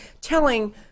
telling